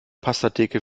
pastatheke